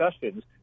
discussions